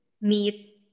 meat